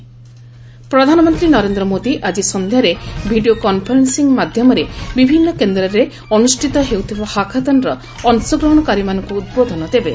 ପ୍ରଧାନମନ୍ତ୍ରୀ ନରେନ୍ଦ୍ର ମୋଦି ଆଜି ସନ୍ଧ୍ୟାରେ ଭିଡ଼ିଓ କନ୍ଫରେନ୍ସିଂ ମାଧ୍ୟମରେ ବିଭିନ୍ନ କେନ୍ଦ୍ରରେ ଅନୁଷ୍ଠିତ ହେଉଥିବା ହାକାଥନ୍ର ଅଂଶଗ୍ରହଣକାରୀମାନଙ୍କୁ ଉଦ୍ବୋଧନ ଦେବେ